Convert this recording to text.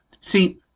See